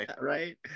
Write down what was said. Right